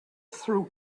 through